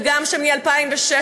וגם מ-2006,